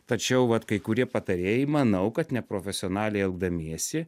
tačiau vat kai kurie patarėjai manau kad neprofesionaliai elgdamiesi